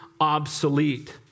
obsolete